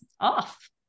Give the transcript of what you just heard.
off